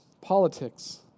politics